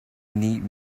need